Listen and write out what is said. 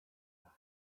your